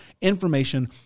information